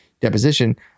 deposition